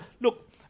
Look